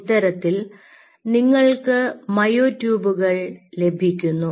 ഇത്തരത്തിൽ നിങ്ങൾക്ക് മയോ ട്യൂബുകൾ ലഭിക്കുന്നു